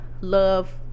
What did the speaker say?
love